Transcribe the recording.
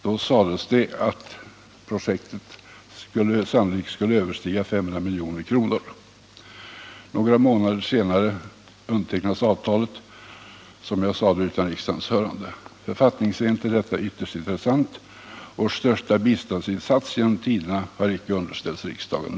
Då sades det att projektet sannolikt skulle överstiga 500 milj.kr. Några månader senare undertecknades avtalet — som jag sade utan riksdagens hörande. Författningsmässigt är detta ytterst intressant. Vår största biståndsinsats genom tiderna har icke någonsin underställts riksdagen.